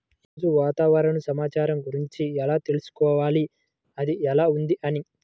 ఈరోజు వాతావరణ సమాచారం గురించి ఎలా తెలుసుకోవాలి అది ఎలా ఉంది అని?